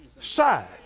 side